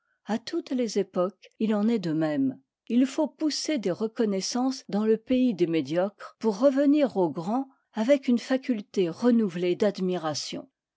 à toutes les époques il en est de même et il faut pousser des reconnaissances dans le pays des médiocres pour revenir aux grands avec une faculté renouvelée d'admiration